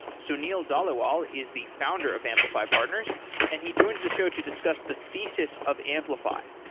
sunil dhaliwal is the founder of amplify partners and he joins the show to discuss the thesis of amplify.